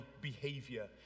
behavior